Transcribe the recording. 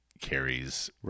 carries